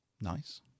nice